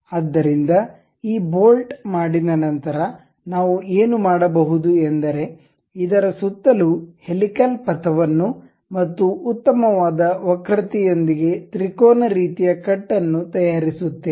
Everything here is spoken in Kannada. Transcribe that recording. ಆದ್ದರಿಂದ ಈ ಬೋಲ್ಟ್ ಮಾಡಿದ ನಂತರ ನಾವು ಏನು ಮಾಡಬಹುದು ಎಂದರೆ ಇದರ ಸುತ್ತಲೂ ಹೆಲಿಕಲ್ ಪಥವನ್ನು ಮತ್ತು ಉತ್ತಮವಾದ ವಕ್ರತೆಯೊಂದಿಗೆ ತ್ರಿಕೋನ ರೀತಿಯ ಕಟ್ ಅನ್ನು ತಯಾರಿಸುತ್ತೇವೆ